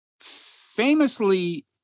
famously